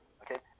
okay